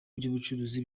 by’ubucuruzi